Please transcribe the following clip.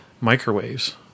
microwaves